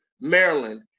Maryland